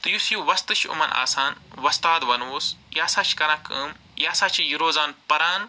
تہٕ یُس یہِ وۄستہٕ چھُ یِمَن آسان وۄستاد وَنہوس یہِ ہسا چھُ کران کٲم یہِ ہسا چھُ یہِ روزان پَران